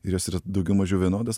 ir jos yra daugiau mažiau vienodos